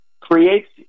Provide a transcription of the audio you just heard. creates